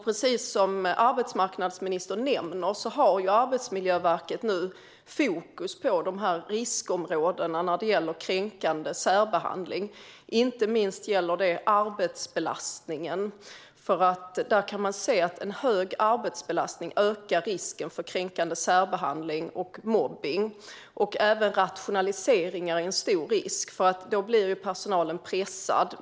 Precis som arbetsmarknadsministern nämner har Arbetsmiljöverket nu fokus på riskområdena när det gäller kränkande särbehandling. Inte minst gäller det arbetsbelastningen, för man kan se att en hög arbetsbelastning ökar risken för kränkande särbehandling och mobbning. Även rationaliseringar är en stor risk, för då blir personalen pressad.